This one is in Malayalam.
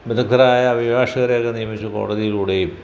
വിധഗ്ധരായ അഭിഭാഷകരെ ഒക്കെ നിയമിച്ച് കോടതിയിലൂടെയും